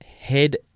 head